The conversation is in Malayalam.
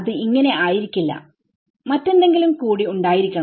അത് ആയിരിക്കില്ല മറ്റെന്തെങ്കിൽ കൂടി ഉണ്ടായിരിക്കണം